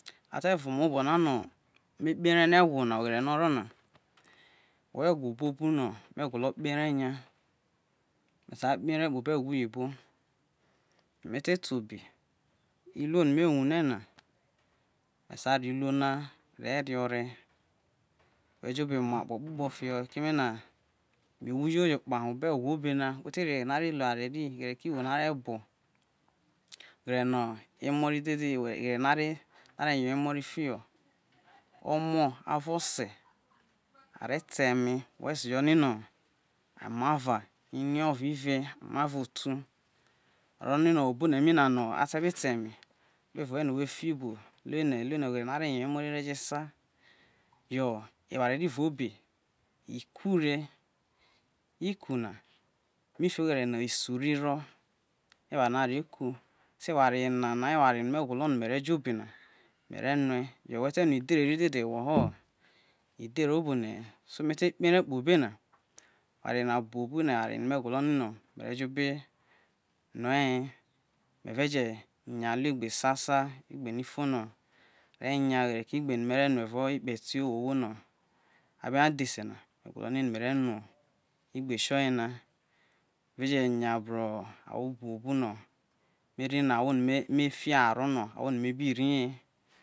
A ta ruo me̱ obo̱ na no̱ ru kpe ere no egwo ria oghere no oro na agho buobu no me̱ gwolo kpe e̱ re̱ ya me sa kpa ere kpo obo egwo iyibo, yo mete to obe nuo no me wune na me̱ sa ro i uno na re orie, mere jo obe mu akpo kpokpo̱ fiho keme na me wo yoyo kpa ho ewo obe na, wuto ri oghere nọ are weware ri, oghere uwo no̱ are bo̱ oghere emo ri dede oghere no are yo emo̱ ri fio omo avo ose a re̱ ovo ire amo va otu orini wo̱ obo ne mi na no ata be ta eme ino we fiho lu ene̱ lu ene oghere no are yo emo ri re jo sa yo oware ri ro obe ikure, iku na fike oghere no isu ri ero aye eware no ro ku. So eware nana oye me gwolo no me re̱ jo̱ obe me̱ re no̱, yo wete rue idhere ri dede ewo ho edhere obone he, me te kpe ere̱ kpo obe na ewa re buobu no mere jo obe rue ye meire je nya bo̱ egbe zaso nyo oghere ogbe no me̱ re rue eva ekpeti uwo ho no̱ abe ho dhese ria, me gwolo no me̱ re rue egbe tio ye na, me re je nya bruo egbe buobu no me ri no ahwo no mi fi haro no ahwo no me bi ri ye